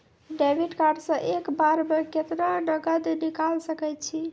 Debit card से एक बार मे केतना नगद निकाल सके छी?